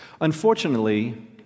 Unfortunately